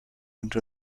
into